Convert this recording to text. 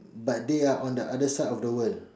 but they are on the other side of the world